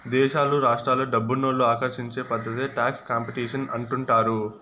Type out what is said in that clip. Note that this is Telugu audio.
దేశాలు రాష్ట్రాలు డబ్బునోళ్ళు ఆకర్షించే పద్ధతే టాక్స్ కాంపిటీషన్ అంటుండారు